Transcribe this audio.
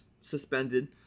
suspended